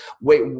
wait